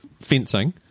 fencing